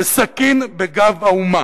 ו"סכין בגב האומה",